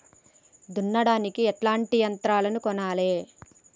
దున్నడానికి ఎట్లాంటి యంత్రాలను కొనాలే?